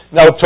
Now